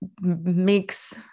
makes